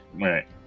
Right